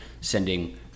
sending